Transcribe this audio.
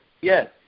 yes